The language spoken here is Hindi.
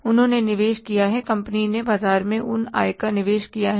उन्होंने निवेश किया है कंपनी ने बाजार में उन आय का निवेश किया है